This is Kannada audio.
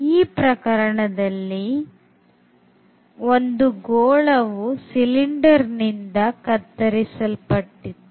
ಈ ಪ್ರಕರಣದಲ್ಲಿ ಒಂದು ಗೋಳವು ಸಿಲಿಂಡರ್ ನಿಂದ ಕತ್ತರಿಸಲ್ಪಟ್ಟಿತ್ತು